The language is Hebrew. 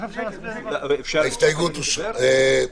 הצבעה ההסתייגות לא אושרה.